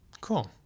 Cool